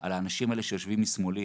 על האנשים האלה שיושבים משמאלי,